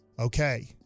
okay